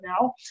now